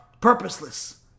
purposeless